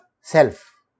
self